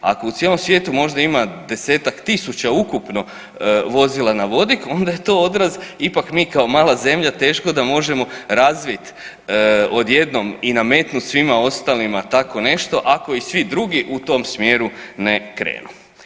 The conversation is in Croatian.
Ako u cijelom svijetu možda ima desetak tisuća ukupno vozila na vodik onda je to odraz ipak mi kao mala zemlja teško da možemo razvit odjednom i nametnut svima ostalima tako nešto ako i svi drugi u tom smjeru ne krenu.